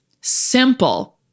Simple